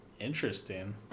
Interesting